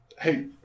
Hey